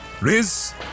Riz